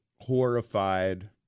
horrified